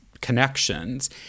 connections